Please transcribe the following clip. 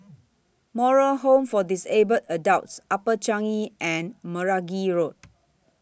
Moral Home For Disabled Adults Upper Changi and Meragi Road